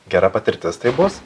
gera patirtis tai bus